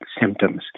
symptoms